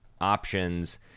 options